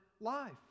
life